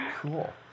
cool